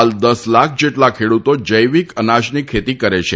હાલ દસ લાખ જેટલા ખેડૂતો જૈવિક અનાજની ખેતી કરે છે